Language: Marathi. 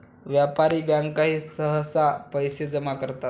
व्यापारी बँकाही सहसा पैसे जमा करतात